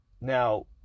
Now